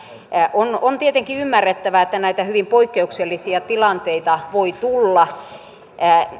on on tietenkin ymmärrettävää että näitä hyvin poikkeuksellisia tilanteita voi tulla